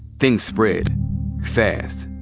things spread fast.